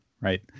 Right